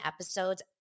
episodes